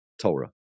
Torah